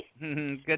Good